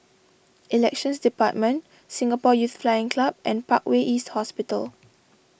Elections Department Singapore Youth Flying Club and Parkway East Hospital